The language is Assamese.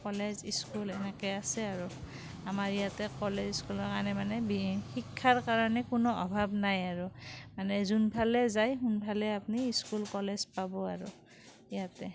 কলেজ স্কুল এনেকে আছে আৰু আমাৰ ইয়াতে কলেজ স্কুলত আনে মানে শিক্ষাৰ ক্ষেত্ৰত মানে কোনো অভাৱ নাই আৰু মানে যোনফালেই যায় সোনফালেই আপুনি স্কুল কলেজ পাব আৰু ইয়াতে